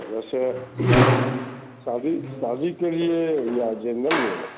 जैसे शादी शादी के लिए या जनरल में